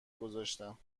گذاشتم